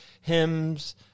hymns